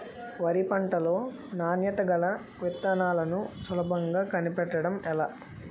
వరి పంట లో నాణ్యత గల విత్తనాలను సులభంగా కనిపెట్టడం ఎలా?